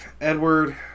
Edward